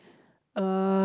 uh